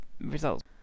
results